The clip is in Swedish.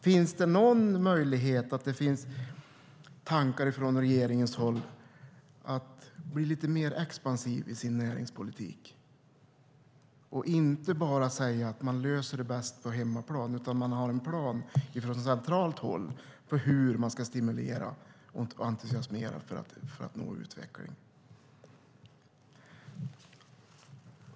Finns det någon möjlighet till tankar hos regeringen om att bli lite mer expansiv i sin näringspolitik, att inte bara säga att det löses bäst på hemmaplan utan ha en plan från centralt håll för hur man ska kunna stimulera och entusiasmera för att nå utveckling?